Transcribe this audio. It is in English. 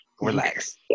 Relax